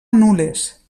nules